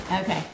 Okay